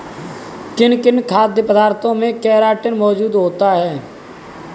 किन किन खाद्य पदार्थों में केराटिन मोजूद होता है?